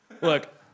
look